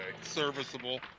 Serviceable